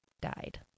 died